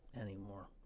anymore